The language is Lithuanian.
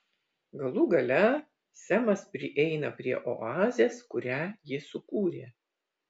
galų gale semas prieina prie oazės kurią ji sukūrė